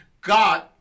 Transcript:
God